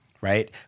right